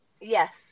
Yes